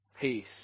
peace